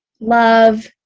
love